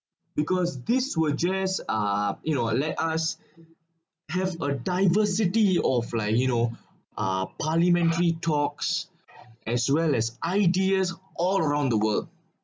because this will just uh you know ah let us have a diversity or flying you know uh parliamentary talks as well as ideas all around the world